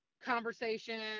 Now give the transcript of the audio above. conversation